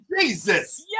Jesus